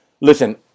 listen